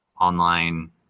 online